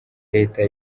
leta